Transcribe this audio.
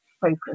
focus